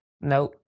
no